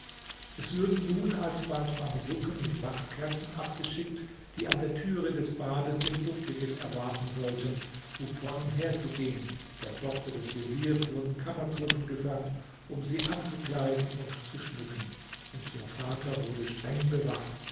es wurden nun alsbald mamelucken mit wachskerzen abgeschickt die an der türe des bades den buckligen erwarten sollten um vor ihm herzugehen der tochter des veziers wurden kammerzofen gesandt um sie anzukleiden und zu schmücken und ihr vater wurde streng bewacht